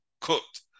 Cooked